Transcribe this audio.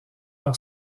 par